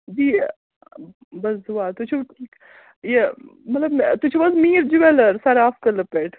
جی بَس دُعا تُہۍ چھُو یہِ مطلب تُہۍ چھُو حظ میٖر جُوٮ۪لٲرٕز سَراف کٔدلہٕ پٮ۪ٹھ